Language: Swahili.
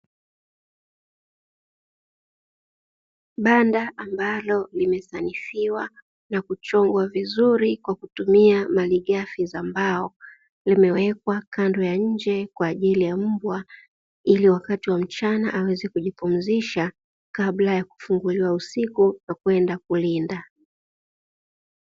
Banda ambalo limesanifiwa na kuchongwa vizuri kwa kutumia malighafi za mbao, limewekwa kando ya nje kwa ajili ya mbwa, ili wakati wa mchana aweze kujipumzisha, kabla ya kufunguliwa usiku na kwenda kulinda.